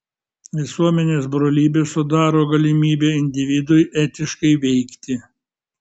visuomenės brolybė sudaro galimybę individui etiškai veikti